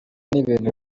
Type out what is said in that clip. n’ibintu